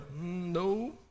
no